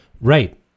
Right